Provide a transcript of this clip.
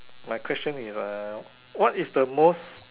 my question is uh what is the most